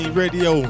radio